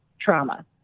trauma